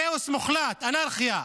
כאוס מוחלט, אנרכיה.